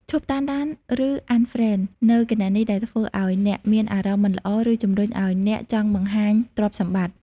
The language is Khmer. ឈប់តាមដាន ឬ Unfriend នូវគណនីដែលធ្វើឱ្យអ្នកមានអារម្មណ៍មិនល្អ ឬជំរុញឱ្យអ្នកចង់បង្ហាញទ្រព្យសម្បត្តិ។